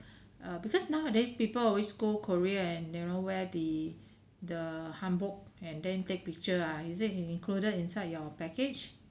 uh because nowadays people always go korea and you know wear the the hanbok and then take picture ah is it included inside your package